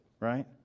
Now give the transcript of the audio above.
right